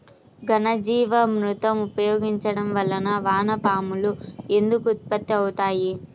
ఘనజీవామృతం ఉపయోగించటం వలన వాన పాములు ఎందుకు ఉత్పత్తి అవుతాయి?